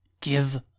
Give